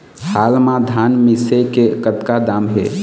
हाल मा धान मिसे के कतका दाम हे?